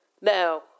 Now